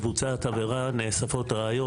מבוצעת עבירה נאספות ראיות,